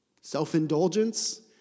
self-indulgence